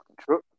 true